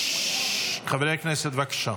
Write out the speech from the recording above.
חברי הכנסת, בבקשה.